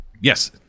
Yes